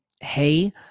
hey